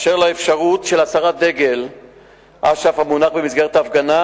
אשר לאפשרות של הסרת דגל אש"ף המונף במסגרת הפגנה,